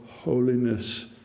holiness